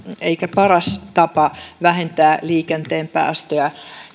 paras tapa vähentää liikenteen päästöjä